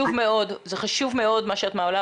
זה חשוב מאוד מה שאת מעלה,